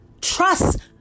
Trust